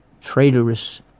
traitorous